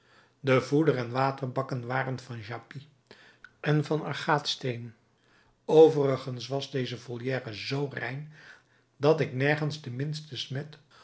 de voeder en waterbakken waren van jaspis en van agaatsteen overigens was deze volière zoo rein dat ik nergens de minste smet